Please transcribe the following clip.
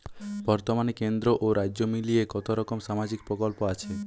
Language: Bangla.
বতর্মানে কেন্দ্র ও রাজ্য মিলিয়ে কতরকম সামাজিক প্রকল্প আছে?